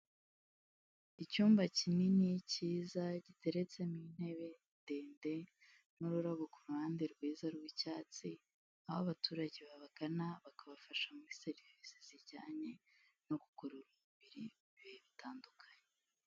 Icyumba kinini cyiza giteretsemo intebe ndende n'ururabo ku ruhande rwiza rw'icyatsi, aho abaturage babagana bakabafasha muri serivisi zijyanye no kugorora umubiri mu bihe bitandukanye.